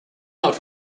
not